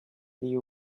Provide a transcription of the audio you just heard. you